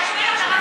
תעשה אותו רב קטן.